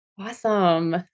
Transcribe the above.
Awesome